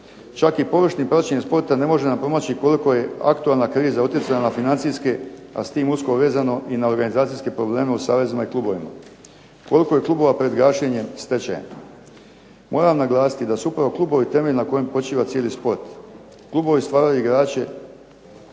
Čak i površnim praćenjem sporta ne može nam promaći koliko je aktualna kriza utjecala na financijske, a s tim usko vezano i na organizacijske probleme u savezima i klubovima. Koliko je klubova pred gašenjem, stečajem. Moram naglasiti da su upravo klubovi temelj na kojem počiva cijeli sport. Klubovi stvaraju igrače